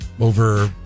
over